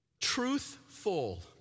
truthful